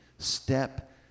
Step